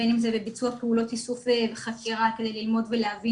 בין אם זה לביצוע פעולות איסוף וחקירה כדי ללמוד ולהבין